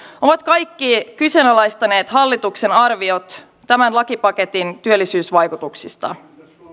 ovat kaikki kyseenalaistaneet hallituksen arviot tämän lakipaketin työllisyysvaikutuksista